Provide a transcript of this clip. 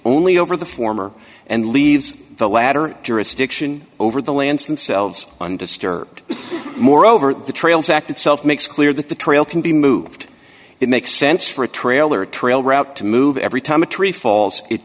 only over the former and leaves the latter jurisdiction over the lands and selves undisturbed moreover the trails act itself makes clear that the trail can be moved it makes sense for a trailer trail route to move every time